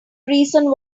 reason